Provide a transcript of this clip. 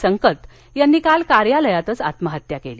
संकत यांनी काल कार्यालयातच आत्महत्या केली